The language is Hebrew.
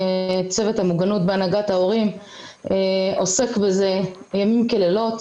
צוות המוגנות בהנהגת ההורים עוסק בזה ימים כלילות.